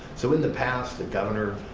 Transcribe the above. so in the past the governor,